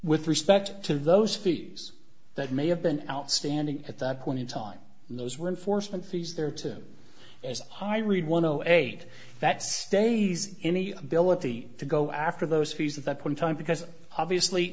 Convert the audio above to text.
with respect to those fees that may have been outstanding at that point in time those were enforcement fees there to as high read one zero eight that stays in the ability to go after those fees at that point time because obviously